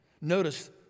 Notice